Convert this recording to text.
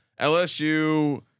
LSU